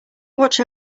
watch